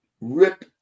rip